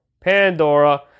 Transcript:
Pandora